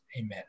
Amen